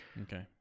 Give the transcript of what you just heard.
okay